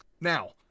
Now